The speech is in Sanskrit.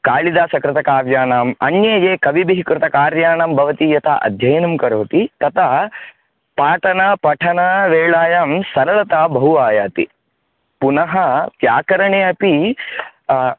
काळिदासकृतकाव्यानाम् अन्ये ये कविभिः कृत कार्याणां भवति यथा अध्ययनं करोति तथा पाठनपठनवेळायां सरळता बहु आयाति पुनः व्याकरणे अपि